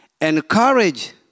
encourage